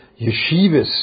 yeshivas